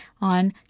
on